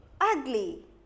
ugly